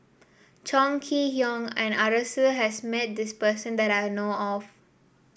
Chong Kee Hiong and Arasu has met this person that I know of